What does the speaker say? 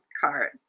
card